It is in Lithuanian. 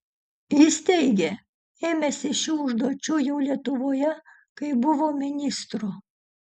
jis teigė ėmęsis šių užduočių jau lietuvoje kai buvo ministru